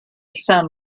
sun